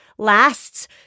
lasts